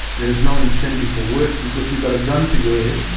there's no incentive for work because you've got a gun to your head,